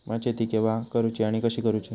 भात शेती केवा करूची आणि कशी करुची?